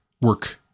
work